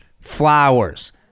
flowers